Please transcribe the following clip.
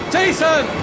Jason